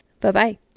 bye-bye